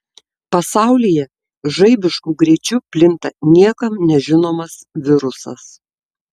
pasaulyje žaibišku greičiu plinta niekam nežinomas virusas